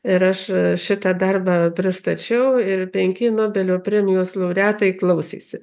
ir aš šitą darbą pristačiau ir penki nobelio premijos laureatai klausėsi